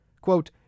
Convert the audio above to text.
Quote